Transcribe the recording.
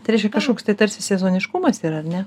tai reiškia kažkoks tai tarsi sezoniškumas yra ar ne